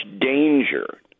danger